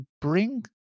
Bring